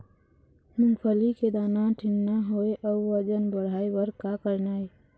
मूंगफली के दाना ठीन्ना होय अउ वजन बढ़ाय बर का करना ये?